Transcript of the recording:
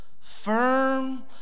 firm